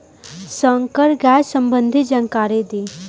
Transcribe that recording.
संकर गाय संबंधी जानकारी दी?